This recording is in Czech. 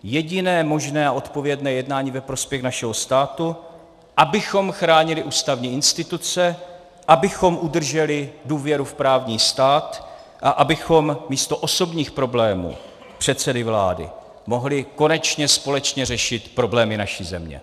Jediné možné a odpovědné jednání ve prospěch našeho státu, abychom chránili ústavní instituce, abychom udrželi důvěru v právní stát a abychom místo osobních problémů předsedy vlády mohli konečně společně řešit problémy naší země.